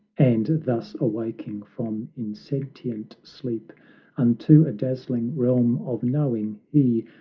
and thus awaking from insentient sleep unto a dazzling realm of knowing, he,